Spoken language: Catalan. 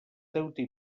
deute